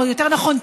או יותר נכון,